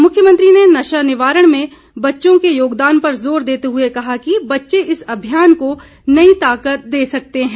मुख्यमंत्री ने नशा निवारण में बच्चों के योगदान पर जोर देते हुए कहा कि बच्चे इस अभियान को नई ताकत दे सकते हैं